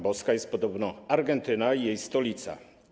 Boska jest podobno Argentyna i jej stolica.